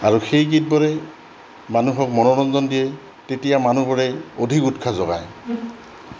আৰু সেই গীতবোৰে মানুহক মনোৰঞ্জন দিয়ে তেতিয়া মানুহবোৰে অধিক উৎসাহ যোগায়